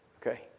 Okay